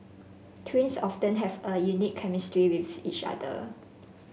twins often have a unique chemistry with each other